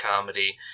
comedy